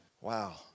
Wow